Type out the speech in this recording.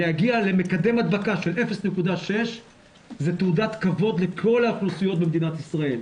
להגיע למקדם הדבקה של 0.6 זה תעודת כבוד לכל האוכלוסיות במדינת ישראל.